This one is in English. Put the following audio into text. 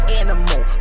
animal